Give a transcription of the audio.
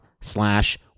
slash